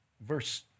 verse